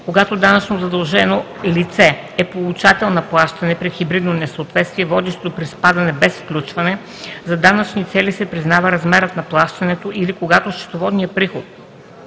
Когато данъчно задължено лице е получател на плащане при хибридно несъответствие, водещо до приспадане без включване, за данъчни цели се признава размерът на плащането или като счетоводен приход,